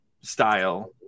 style